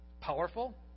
powerful